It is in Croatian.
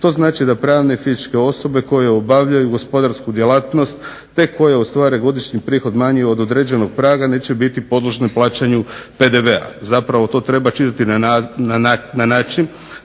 To znači da pravne i fizičke osobe koje obavljaju gospodarsku djelatnost te koje ostvare godišnji prihod manji od određenog praga neće biti podložni plaćanu PDV-a. zapravo to treba čitati na način